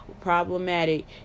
problematic